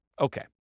Okay